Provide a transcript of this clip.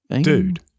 Dude